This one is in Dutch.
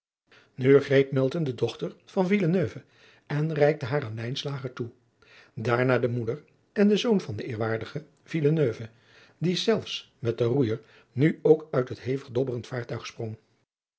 greep milton de dochter van villeneuve en reikte haar aan lijnslager toe daarna de moeder en den zoon van den eerwaardigen villeneuve die zels met den roeijer nu ook uit het hevig dobberend vaartuig sprong